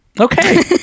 Okay